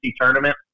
tournament